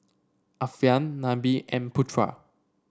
Alfian Nabil and Putra